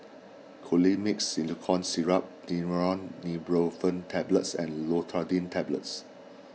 Colimix Simethicone Syrup Daneuron Neurobion Tablets and Loratadine Tablets